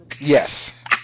Yes